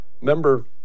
Remember